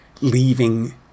leaving